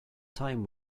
time